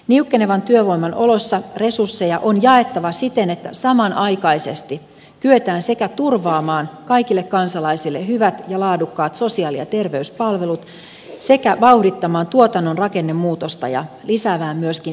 niukkenevan työvoiman oloissa resursseja on jaettava siten että samanaikaisesti kyetään sekä turvaamaan kaikille kansalaisille hyvät ja laadukkaat sosiaali ja terveyspalvelut että vauhdittamaan tuotannon rakennemuutosta ja lisäämään myöskin innovaatiopotentiaalia